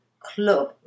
club